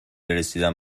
رسیدن